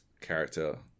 character